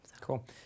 Cool